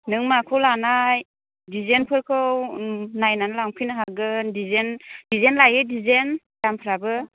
नों माखौ लानाय डिजेनफोरखौ नायनानै लांफैनो हागोन डिजाइन डिजाइन लायै डिजाइन दामफ्राबो